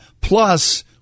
Plus